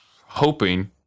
hoping